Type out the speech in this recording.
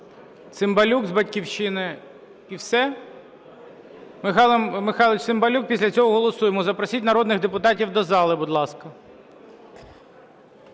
Цимбалюк з "Батьківщини" і все? Михайло Михайлович Цимбалюк, після цього голосуємо. Запросіть народних депутатів до зали, будь ласка.